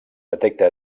detecta